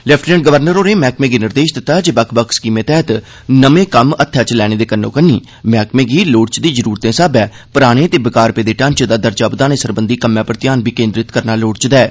lieutenant governor होरें मैह्कमे गी निर्देश दित्ता जे बक्ख बक्ख स्कीमें तैह्त नमें कम्म हत्थै च लैने दे अलावा मैह्कमे गी लोड़चदी जरूरतें स्हाबै पराने ते बेकार पेदे ढांचें दा दर्जा बघाने सरबंधी कम्में पर ध्यान बी केन्द्रित करना लोड़चदा ऐ